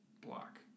block